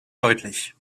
deutlich